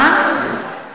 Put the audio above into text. או שתשני את הנוסח,